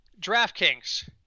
DraftKings